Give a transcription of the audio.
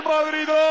Madrid